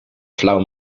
flauw